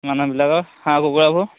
মানুহবিলাকৰ হাঁহ কুকুৰাবোৰ